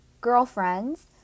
girlfriends